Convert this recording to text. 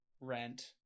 rent